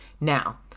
Now